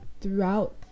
throughout